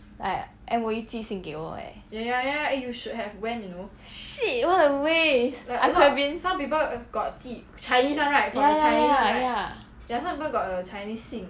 like M_O_E 寄信给我 eh shit what a waste I could have been ya ya ya ya